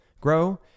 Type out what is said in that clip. grow